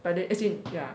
but then as in ya